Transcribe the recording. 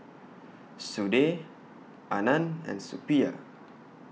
Sudhir Anand and Suppiah